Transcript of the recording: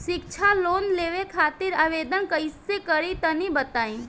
शिक्षा लोन लेवे खातिर आवेदन कइसे करि तनि बताई?